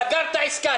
סגרת עסקה.